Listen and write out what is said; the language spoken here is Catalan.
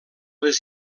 les